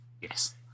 yes